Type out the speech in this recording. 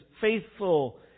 faithful